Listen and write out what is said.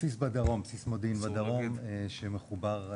בסיס בדרום, בסיס מודיעין בדרום שמחובר,